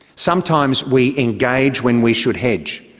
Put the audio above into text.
sometimes we engage when we should hedge.